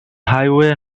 highway